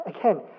Again